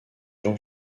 jean